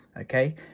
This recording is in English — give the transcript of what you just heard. okay